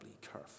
careful